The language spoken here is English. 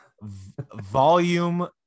Volume